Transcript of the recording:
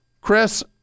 Chris